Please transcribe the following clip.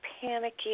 panicky